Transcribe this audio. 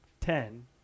Ten